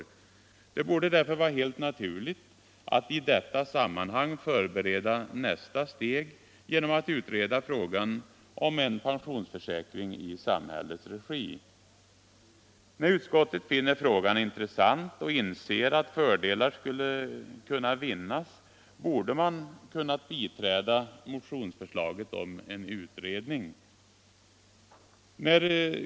Det borde därför vara helt naturligt att i detta sammanhang förbereda nästa steg genom att utreda frågan om en pensionsförsäkring i samhällets regi. När utskottet finner frågan intressant och inser att fördelar skulle kunna vinnas borde man kunnat biträda motionsförslaget om en utredning.